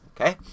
Okay